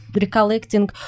recollecting